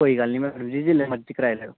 कोई गल्ल निं मैडम जी जैल्ले मर्जी कराई लैयो